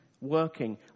working